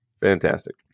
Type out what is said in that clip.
Fantastic